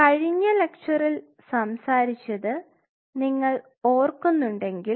കഴിഞ്ഞ ലെക്ചറിൽ സംസാരിച്ചത് നിങ്ങൾ ഓർക്കുന്നുണ്ടെങ്കിൽ